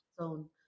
zone